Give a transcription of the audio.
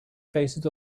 faces